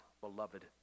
beloved